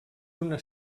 una